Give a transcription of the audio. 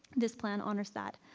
this plan honors that.